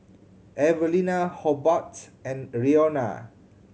Evelena Hobart and Roena